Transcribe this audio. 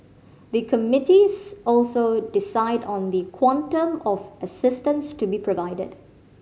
the committees also decide on the quantum of assistance to be provided